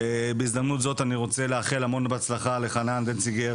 בהזדמנות זאת אני רוצה לאחל המון הצלחה לחנן דנציגר